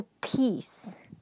peace